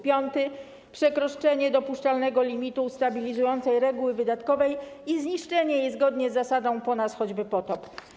Piąty to przekroczenie dopuszczalnego limitu stabilizującej reguły wydatkowej i zniszczenie jej zgodnie z zasadą: po nas choćby potop.